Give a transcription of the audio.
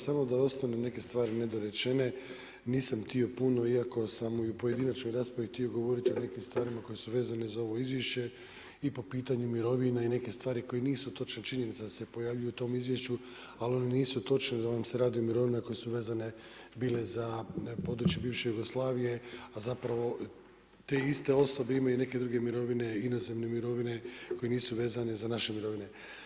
Samo da ne ostanu neke stvari nedorečeno, nisam htio puno iako sam i u pojedinačnoj raspravi htio govoriti o nekim stvarima koje su vezane za ovo izvješće i po pitanju mirovina i nekih stvari koje nisu točno činjenica da se pojavljuju u tom izvješću ali one nisu točne da vam se radi o mirovinama koje vezane bile za područje bivše Jugoslavije a zapravo te iste osobe imaju i neke druge mirovine, inozemne mirovine koje nisu vezane za naše mirovine.